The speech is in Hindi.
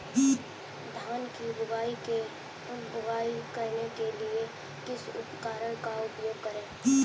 धान की बुवाई करने के लिए किस उपकरण का उपयोग करें?